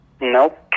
Nope